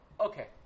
Okay